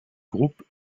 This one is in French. groupes